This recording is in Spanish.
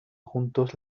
juntos